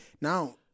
now